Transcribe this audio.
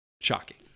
shocking